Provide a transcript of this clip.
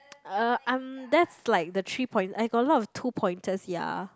uh I'm that's like the three point I got a lot of two pointers ya